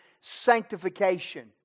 sanctification